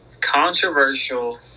controversial